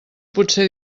potser